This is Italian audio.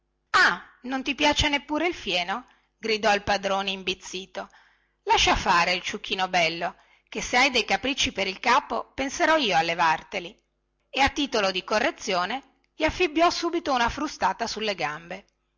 ah non ti piace neppure il fieno gridò il padrone imbizzito lascia fare ciuchino bello che se hai dei capricci per il capo penserò io a levarteli e a titolo di correzione gli affibbiò subito una frustata nelle gambe